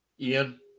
ian